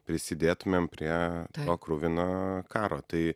prisidėtumėm prie to kruvino karo tai